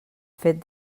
fet